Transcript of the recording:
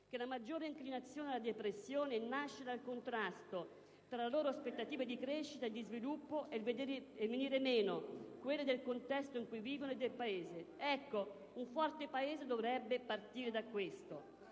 che la maggiore inclinazione alla depressione nasce dal contrasto tra la loro aspettativa di crescita e di sviluppo e il venire meno di quelle del contesto in cui vivono e del Paese. Ecco, un forte Paese dovrebbe partire da questo.